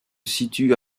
situe